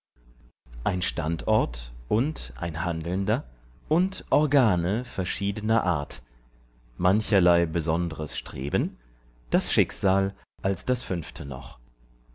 ein standort und ein handelnder und organe verschiedner art mancherlei besondres streben das schicksal als das fünfte noch